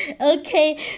okay